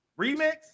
remix